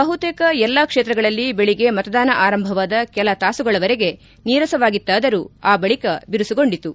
ಬಹುತೇಕ ಎಲ್ಲ ಕ್ಷೇತ್ರಗಳಲ್ಲಿ ಬೆಳಿಗ್ಗೆ ಮತದಾನ ಆರಂಭವಾದ ಕೆಲ ತಾಸುಗಳವರೆಗೆ ನೀರಸವಾಗಿತ್ತಾದರೂ ಆ ಬಳಿಕ ಬಿರುಸುಗೊಂಡಿತು